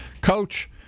Coach